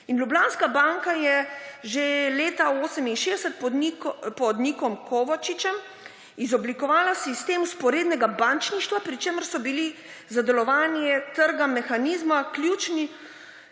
In Ljubljanska banka je že leta 1968 pod Nikom Kovačičem izoblikovala sistem vzporednega bančništva, pri čemer so bili za delovanje trga, mehanizma ključni